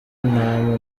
intama